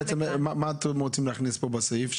איזה נסיבות אתם רוצים להכניס בסעיף?